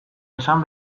esan